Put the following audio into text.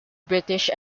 british